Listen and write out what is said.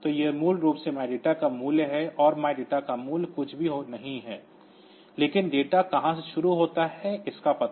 तो यह मूल रूप से MyData का मूल्य है और MyData का मूल्य कुछ भी नहीं है लेकिन डेटा कहाँ से शुरू होता है इसका पता